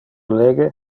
lege